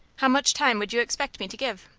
how much time would you expect me to give?